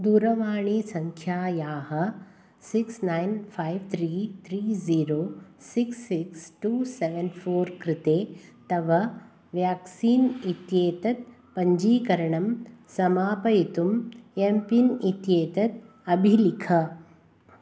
दूरवाणीसंख्यायाः six nine five three three zero six six two seven four कृते तव vaccine इत्येतत् पञ्जीकरणं समापयितुम् एम्पिन् इत्येतत् अभिलिख